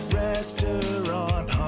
restaurant